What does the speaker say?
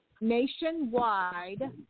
nationwide